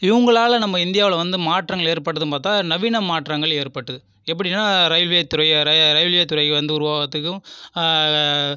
இவங்களால் நம்ம இந்தியாவில் வந்து மாற்றங்கள் ஏற்படுதுன்னு பார்த்தா நவீன மாற்றங்கள் ஏற்பட்டுது எப்படினா ரயில்வே துறை ரயில்வே துறை வந்து உருவாகிறதுக்கும்